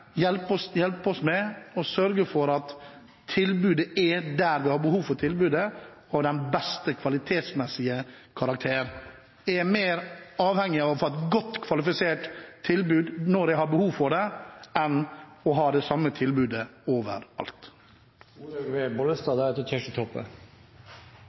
hjelpe oss med å sørge for at tilbudet finnes der vi har behov for tilbudet, og at det er av den beste kvalitetsmessige karakter. Jeg er mer avhengig av å få et godt kvalifisert tilbud når jeg har behov for det, enn å ha det